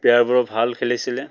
প্লেয়াৰবোৰেও ভাল খেলিছিলে